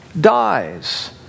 dies